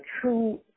true